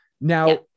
Now